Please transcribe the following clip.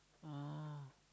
oh